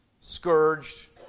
scourged